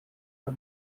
for